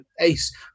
ace